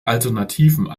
alternativen